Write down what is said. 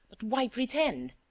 but why pretend?